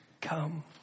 come